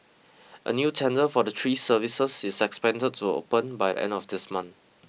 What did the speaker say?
a new tender for the three services is expected to open by the end of this month